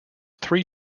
three